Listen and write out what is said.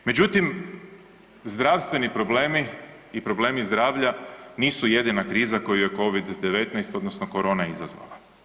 Međutim, zdravstveni problemi i problemi zdravlja nisu jedina kriza koju je Covid-19 odnosno korona izazvala.